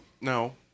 no